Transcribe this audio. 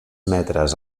metres